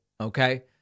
okay